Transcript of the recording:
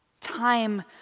Time